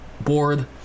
board